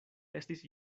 estis